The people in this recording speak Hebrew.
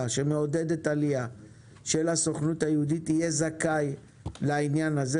שמעודדת עלייה של הסוכנות היהודית יהיה זכאי לעניין הזה,